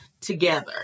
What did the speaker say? together